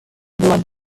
blog